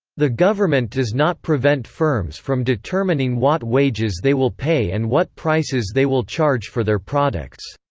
the government does not prevent firms from determining what wages they will pay and what prices they will charge for their products.